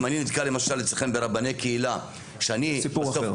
אם אני נתקל למשל אצלכם ברבני קהילה שאני --- זה סיפור אחר.